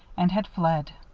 and had fled.